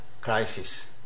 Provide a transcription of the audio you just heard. crisis